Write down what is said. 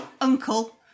uncle